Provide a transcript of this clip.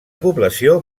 població